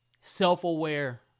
self-aware